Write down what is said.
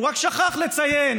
הוא רק שכח לציין